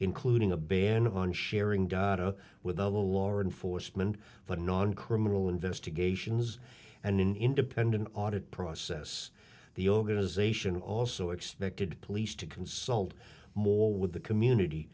including a ban on sharing data with a law enforcement but non criminal investigations and an independent audit process the organization also expected police to consult more with the community